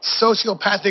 sociopathic